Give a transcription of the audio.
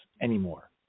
anymore